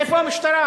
איפה המשטרה,